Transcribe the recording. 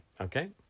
okay